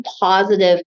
positive